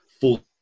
full